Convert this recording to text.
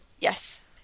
Yes